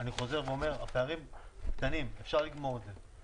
אני חוזר ואומר, הפערים קטנים, אפשר לגמור את זה.